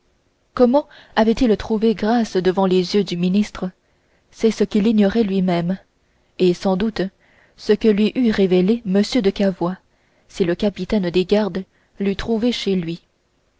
comment avait-il trouvé grâce devant les yeux du ministre c'est ce qu'il ignorait lui-même et sans doute ce que lui eût révélé m de cavois si le capitaine des gardes l'eût trouvé chez lui